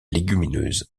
légumineuses